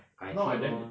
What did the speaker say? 改次 lor